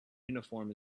uniform